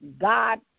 God